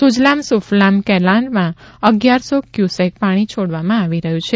સુજલામ સુફલામ કેનાલમાં અગિયારસો ક્યુસેક પાણી છોડવામાં આવી રહ્યું છે